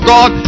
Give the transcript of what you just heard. God